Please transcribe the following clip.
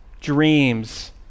dreams